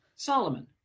Solomon